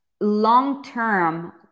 long-term